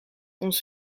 ons